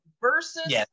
versus